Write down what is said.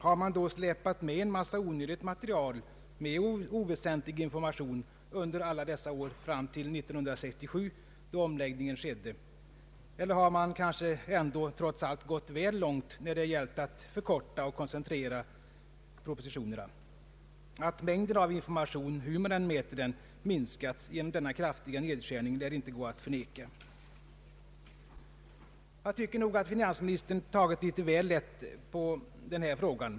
Har man släpat med en massa onödigt material — med oväsentlig information — under alla dessa år före 1967, då omläggningen skedde? Eller har man kanske ändå nu gått väl långt, när det gällt att förkorta och koncentrera propositionerna? Att mängden av information — hur man än mäter den — minskats genom denna kraftiga nedskärning lär inte gå att förneka. Jag tycker nog att finansministern tagit litet väl lätt på den här frågan.